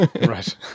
Right